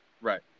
Right